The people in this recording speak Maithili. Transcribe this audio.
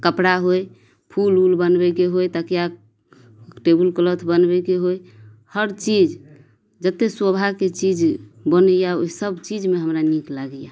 कपड़ा होइ फूल उल बनबैके होइ तकिया टेबुल क्लॉथ बनबैके होइ हर चीज जते शोभाके चीज बनैया ओहि सब चीजमे हमरा नीक लागैया